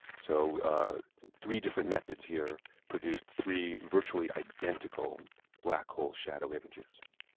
so three different methods here produced three virtually identical black hole shadow images